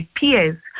peers